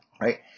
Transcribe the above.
right